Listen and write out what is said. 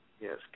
Yes